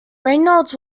reynolds